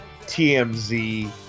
TMZ